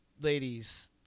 ladies